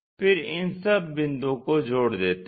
फिर इन सब बिंदुओं को जोड़ देते हैं